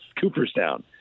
Cooperstown